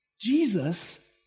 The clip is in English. Jesus